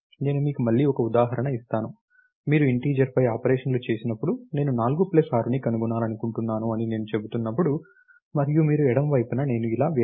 నేను మీకు మళ్ళీ ఒక ఉదాహరణ ఇస్తాను మీరు ఇంటిజర్ పై ఆపరేషన్లు చేసినప్పుడు నేను 4 ప్లస్ 6 ని కనుగొనాలనుకుంటున్నాను అని నేను చెబుతున్నప్పుడు మరియు మీరు ఎడమ వైపున నేను ఇలా వేరియబుల్ ని వ్రాస్తారు